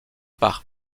par